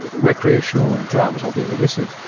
recreational drugs, albeit illicit,